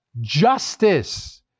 justice